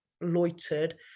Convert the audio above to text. loitered